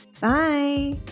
Bye